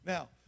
Now